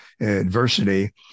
adversity